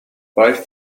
both